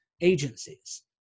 agencies